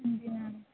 ਹਾਂਜੀ ਮੈਮ